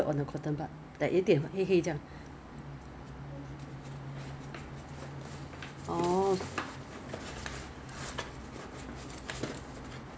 你有跟他讲你的 skin concern mah then 她就 foll~ 她就 like maybe err your skin is dry or oily or maybe aging or maybe you have pigmented acne skin so so they actually